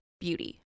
Beauty